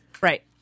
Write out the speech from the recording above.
Right